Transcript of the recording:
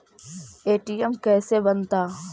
ATM कैसे बनता?